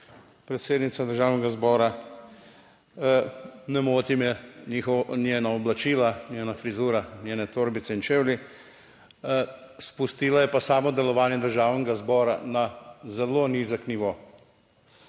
predsednice Državnega zbora. Ne moti me njihovo, njena oblačila, njena frizura, njene torbice in čevlji, spustila je pa samo delovanje Državnega zbora na zelo nizek nivo.